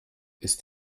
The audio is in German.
ist